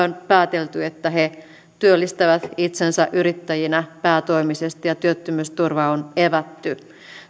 päätelty että he työllistävät itsensä yrittäjinä päätoimisesti ja työttömyysturva on evätty